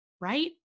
Right